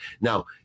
Now